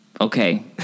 Okay